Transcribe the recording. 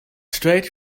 straight